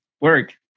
work